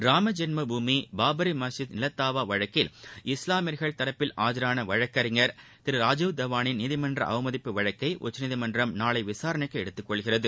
ராமஜென்மபூமி பாபரி மஸ்ஜித் நிலத்தாவா வழக்கில் இஸ்லாமியர்கள் தரப்பில் ஆஜரான வழக்கறிஞர் திரு ராஜீவ் தவானின் நீதிமன்ற அவமதிப்பு வழக்கை உச்சநீதிமன்றம் நாளை விசாரணைக்கு எடுத்துக்கொள்கிறது